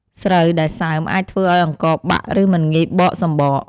ស្រូវដែលសើមអាចធ្វើឱ្យអង្ករបាក់ ឬមិនងាយបកសម្បក។